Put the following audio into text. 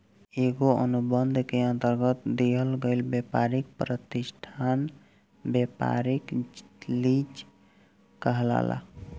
एगो अनुबंध के अंतरगत दिहल गईल ब्यपारी प्रतिष्ठान ब्यपारिक लीज कहलाला